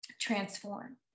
transform